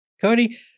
Cody